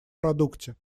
продукте